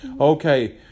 Okay